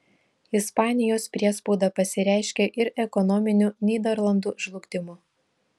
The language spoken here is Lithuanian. ispanijos priespauda pasireiškė ir ekonominiu nyderlandų žlugdymu